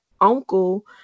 uncle